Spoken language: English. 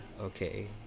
okay